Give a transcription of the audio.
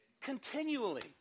Continually